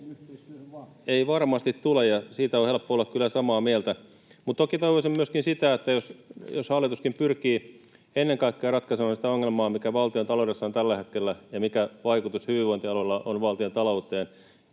ei varmasti tule, ja siitä on helppo olla kyllä samaa mieltä. Mutta toki toivoisin myöskin sitä... Hallituskin pyrkii ennen kaikkea ratkaisemaan sitä ongelmaa, mikä valtiontaloudessa on tällä hetkellä ja mikä vaikutus hyvinvointialueilla on valtiontalouteen,